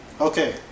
Okay